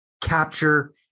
capture